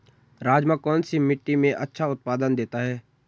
राजमा कौन सी मिट्टी में अच्छा उत्पादन देता है?